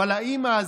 אבל האימא הזאת,